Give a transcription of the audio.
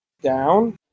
down